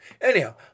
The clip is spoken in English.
Anyhow